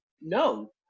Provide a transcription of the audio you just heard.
No